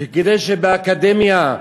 וכדי שבאקדמיה,